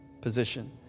position